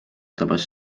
tabas